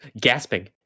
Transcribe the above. gasping